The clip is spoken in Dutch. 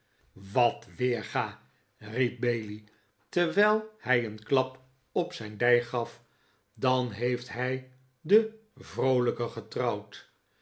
wat weerga riep bailey terwijl hij een klap op zijn dij gaf dan heeft hij de vroolijke getrouwd